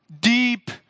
Deep